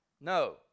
No